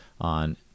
on